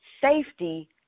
safety